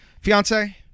fiance